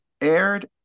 aired